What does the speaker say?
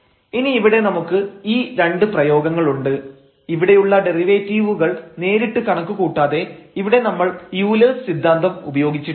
ഇനി ഇവിടെ നമുക്ക് ഈ രണ്ട് പ്രയോഗങ്ങളുണ്ട് ഇവിടെയുള്ള ഡെറിവേറ്റീവുകൾ നേരിട്ട് കണക്കു കൂട്ടാതെ ഇവിടെ നമ്മൾ യൂലെഴ്സ് സിദ്ധാന്തം ഉപയോഗിച്ചിട്ടുണ്ട്